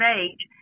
age